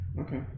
Okay